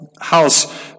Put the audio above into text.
house